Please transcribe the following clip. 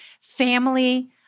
family